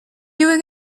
doing